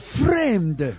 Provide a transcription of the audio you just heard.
framed